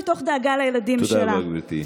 מתוך דאגה לילדים שלה.